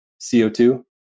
CO2